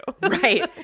Right